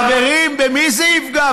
חברים, במי זה יפגע?